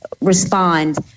respond